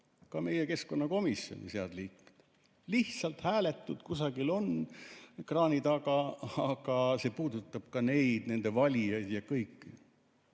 Ka meie keskkonnakomisjonis head liikmed, kes lihtsalt hääletult kusagil on ekraani taga, aga see puudutab ka neid, nende valijaid ja kõiki.